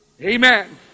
Amen